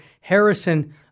Harrison